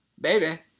Baby